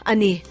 Ani